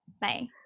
Bye